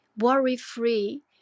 worry-free